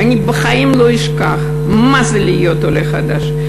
ואני בחיים לא אשכח מה זה להיות עולה חדש.